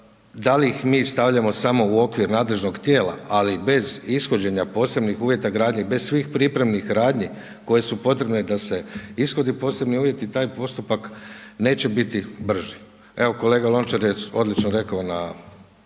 da li ih mi stavljamo samo u okvir nadležnog tijela, ali bez ishođenja posebnih uvjeta gradnje, bez svih pripremnih radnji koje su potrebne da se ishode posebni uvjeti, taj postupak neće biti brži. Evo kolega Lončar je odlično rekao na